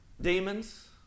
demons